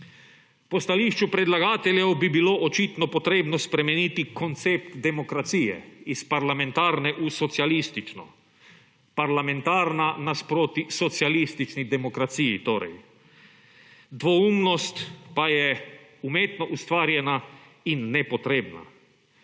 Po stališču predlagateljev bi bilo očitno potrebno spremeniti koncept demokracije iz parlamentarne v socialistično, parlamentarna nasproti socialistični demokraciji. Dvoumnost pa je umetno ustvarjena in nepotrebna.